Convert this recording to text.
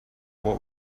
what